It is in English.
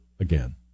Again